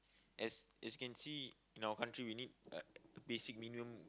as as you can see in our country you need like basic minimum